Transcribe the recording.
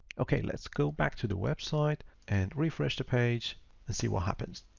okay, let's go back to the website and refresh the page and see what happens.